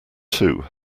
two